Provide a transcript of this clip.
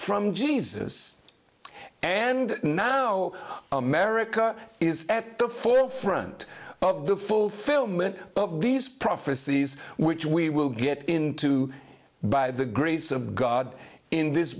from jesus and now america is at the forefront of the fulfillment of these prophecies which we will get into by the grace of god in this